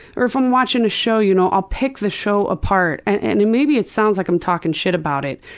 or if i'm watching a show, you know, i'll pick the show apart and maybe it sounds like i'm talking shit about it.